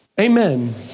Amen